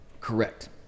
Correct